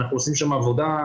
אנחנו עושים שם עבודה,